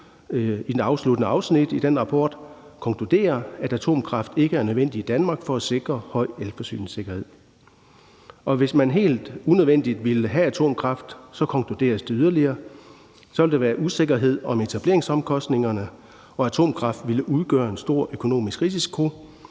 med sol og vind konkluderer, at atomkraft ikke er nødvendig i Danmark for at sikre høj elforsyningssikkerhed. Og hvis man helt unødvendigt ville have atomkraft, konkluderes det yderligere, at der så ville være usikkerhed om etableringsomkostningerne og atomkraft ville udgøre en stor økonomisk risiko.